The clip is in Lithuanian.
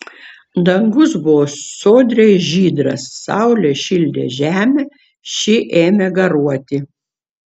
dangus buvo sodriai žydras saulė šildė žemę ši ėmė garuoti